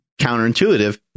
counterintuitive